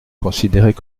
considérait